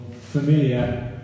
familiar